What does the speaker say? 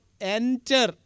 enter